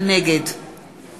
נגד